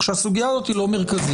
שהסוגיה הזאת היא לא מרכזית?